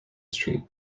street